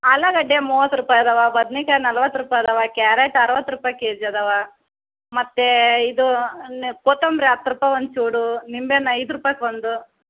ಆಲೂಗಡ್ಡೆ ಮೂವತ್ತು ರೂಪಾಯಿ ಇದಾವೆ ಬದ್ನೆಕಾಯ್ ನಲ್ವತ್ತು ರೂಪಾಯಿ ಇದಾವೆ ಕ್ಯಾರೆಟ್ ಅರುವತ್ತು ರೂಪಾಯಿ ಕೆ ಜ್ ಇದಾವೆ ಮತ್ತು ಇದು ನೆ ಕೊತ್ತಂಬರಿ ಹತ್ತು ರೂಪಾಯಿ ಒಂದು ಸೂಡು ನಿಂಬೆ ಹಣ್ ಐದು ರೂಪಾಯ್ಕೆ ಒಂದು